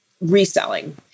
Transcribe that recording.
reselling